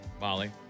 Molly